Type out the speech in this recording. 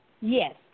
Yes